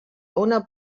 owner